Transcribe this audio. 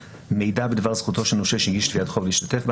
מידע בדבר זכותו של נושה שהגיש תביעת חוב להשתתף באסיפה.